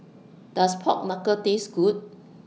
Does Pork Knuckle Taste Good